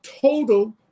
total